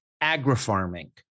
agri-farming